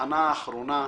"התחנה האחרונה",